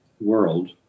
world